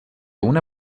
una